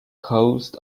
coast